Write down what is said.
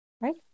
right